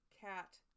cat